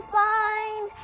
find